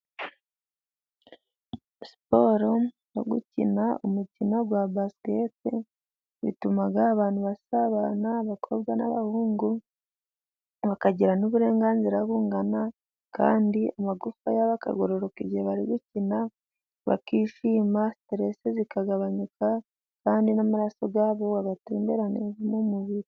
Siporo no gukina umukino wa basiketi bituma abantu basabana; abakobwa n'abahungu bakagira n'uburenganzira bungana kandi amagufa yabo akagororoka igihe bari gukina, bakishima, siterese zikagabanuka kandi n'amaraso ubwayo agatembera neza mu mubiri.